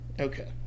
Okay